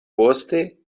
poste